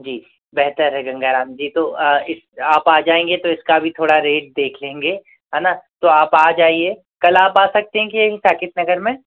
जी बेहतर है गंगा राम जी तो इस आप आ जाएंगे तो इसका भी थोड़ा रेट देख लेंगे है ना तो आप आ जाइए कल आप आ सकते हैं क्या यही साकेत नगर में